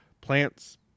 plants